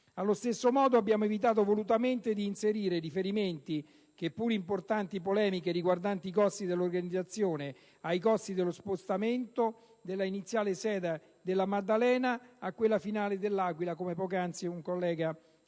Allo stesso modo, abbiamo evitato volutamente di inserire riferimenti alle pur importanti polemiche riguardanti i costi dell'organizzazione, ai costi dello spostamento dalla iniziale sede de La Maddalena a quella finale de L'Aquila, come poc'anzi ha evidenziato